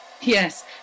Yes